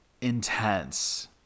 intense